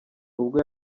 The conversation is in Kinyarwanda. ubwo